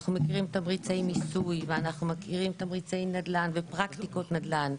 אנחנו מכירים תמריצי מיסוי ואנחנו מכירים תמריצי נדלן ופרקטיקות נדל"ן,